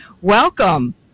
Welcome